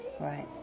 Right